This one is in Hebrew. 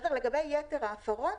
לגבי יתר ההפרות,